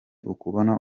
ukubona